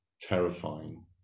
terrifying